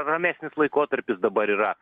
ramesnis laikotarpis dabar yra